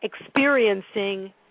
experiencing